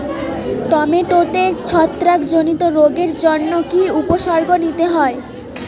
টমেটোতে ছত্রাক জনিত রোগের জন্য কি উপসর্গ নিতে হয়?